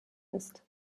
ist